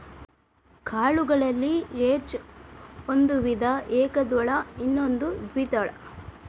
ಕಾಳುಗಳಲ್ಲಿ ಎರ್ಡ್ ಒಂದು ವಿಧ ಏಕದಳ ಇನ್ನೊಂದು ದ್ವೇದಳ